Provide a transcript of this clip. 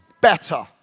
better